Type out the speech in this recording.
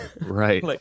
Right